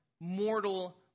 mortal